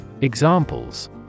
Examples